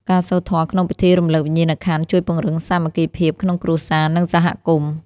ការសូត្រធម៌ក្នុងពិធីរំលឹកវិញ្ញាណក្ខន្ធ ជួយពង្រឹងសាមគ្គីភាពក្នុងគ្រួសារ និងសហគមន៍។